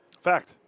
Fact